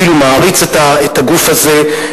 אפילו מעריץ את הגוף הזה.